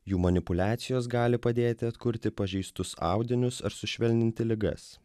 jų manipuliacijos gali padėti atkurti pažeistus audinius ar sušvelninti ligas